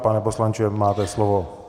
Pane poslanče, máte slovo.